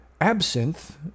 Absinthe